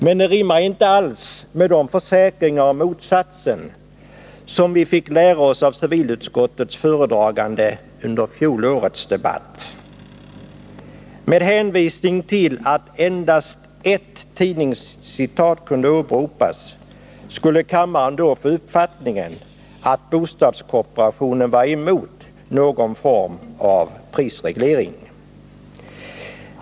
Men det rimmar inte med de försäkringar om motsatsen som vi fick av civilutskottets föredragande under fjolårets debatt. Med hänvisning till endast ett tidningscitat delgavs kammarens ledamöter uppfattningen att bostadskooperationen var emot en prisreglering.